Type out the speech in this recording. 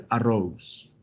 arose